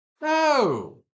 No